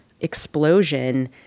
explosion